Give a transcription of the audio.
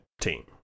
team